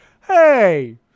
hey